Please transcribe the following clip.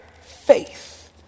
faith